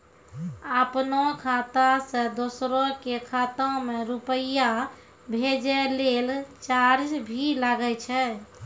आपनों खाता सें दोसरो के खाता मे रुपैया भेजै लेल चार्ज भी लागै छै?